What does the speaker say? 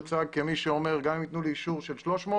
הוא הוצג כמי שאומר גם אם ייתנו לו אישור של 300,